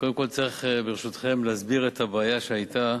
קודם כול צריך, ברשותכם, להסביר את הבעיה שהיתה,